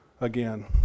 Again